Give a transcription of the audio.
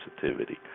sensitivity